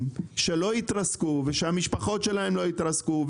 שלא יתרסקו ושהמשפחות שלהם לא יתרסקו,